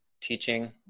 teaching